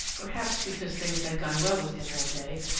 perhaps because things had gone well with him that day,